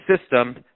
system